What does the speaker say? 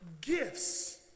gifts